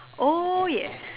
oh yes